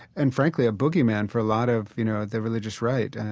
and frankly, a boogeyman for a lot of you know the religious right.